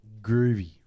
Groovy